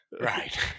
Right